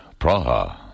Praha